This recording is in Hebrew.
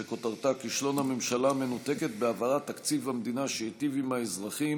שכותרתה: כישלון הממשלה המנותקת בהעברת תקציב המדינה שייטיב עם האזרחים